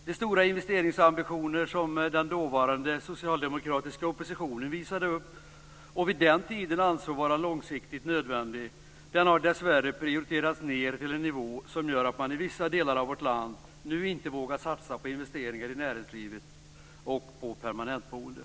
De stora investeringsambitioner som den dåvarande socialdemokratiska oppositionen visade upp och vid den tiden ansåg vara långsiktigt nödvändiga har dessvärre prioriterats ned till en nivå som gör att man i vissa delar av vårt land nu inte vågar satsa på investeringar i näringslivet och på permanentboende.